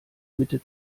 mitte